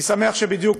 אני שמח שבדיוק